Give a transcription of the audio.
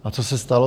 A co se stalo?